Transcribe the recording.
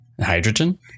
Hydrogen